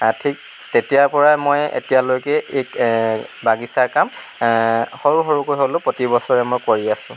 ঠিক তেতিয়া পৰা মই এতিয়ালৈকে এই বাগিছাৰ কাম সৰু সৰুকৈ হ'লেও প্ৰতি বছৰে মই কৰি আছোঁ